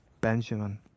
Benjamin